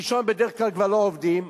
ראשון בדרך כלל כבר לא עובדים,